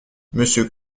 monsieur